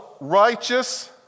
righteous